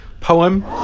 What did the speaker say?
poem